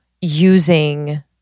using